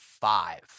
five